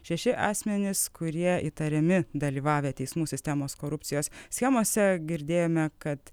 šeši asmenys kurie įtariami dalyvavę teismų sistemos korupcijos schemose girdėjome kad